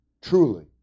truly